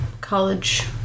college